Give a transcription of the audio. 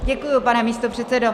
Děkuji, pane místopředsedo.